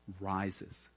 rises